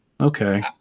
okay